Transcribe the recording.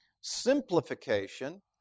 simplification